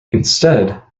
instead